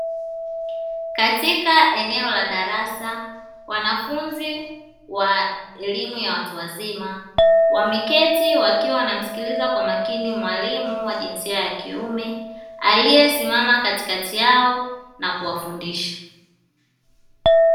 Katika eneo la darasa wanafunzi wa elimu ya watu wazima, wameketi wakiwa wanamsikiliza kwa makini mwalimu wa jinsia ya kiume. Aliyesimama katikati yao na kuwafundisha.